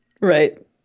Right